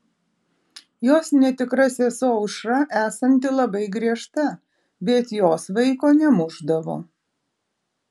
jos netikra sesuo aušra esanti labai griežta bet jos vaiko nemušdavo